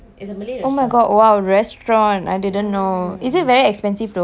oh my god !wow! restaurant I didn't know is it very expensive though